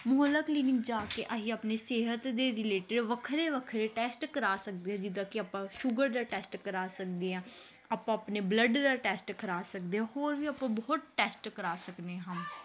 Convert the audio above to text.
ਮੁਹੱਲਾ clinic ਜਾ ਕੇ ਅਸੀਂ ਆਪਣੇ ਸਿਹਤ ਦੇ ਰਿਲੇਟਿਡ ਵੱਖਰੇ ਵੱਖਰੇ ਟੈਸਟ ਕਰਵਾ ਸਕਦੇ ਜਿੱਦਾਂ ਕਿ ਆਪਾਂ ਸ਼ੂਗਰ ਦਾ ਟੈਸਟ ਕਰਵਾ ਸਕਦੇ ਹਾਂ ਆਪਾਂ ਆਪਣੇ ਬਲੱਡ ਦਾ ਟੈਸਟ ਕਰਵਾ ਸਕਦੇ ਹੋ ਹੋਰ ਵੀ ਆਪਾਂ ਬਹੁਤ ਟੈਸਟ ਕਰਵਾ ਸਕਦੇ ਹਾਂ